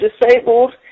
disabled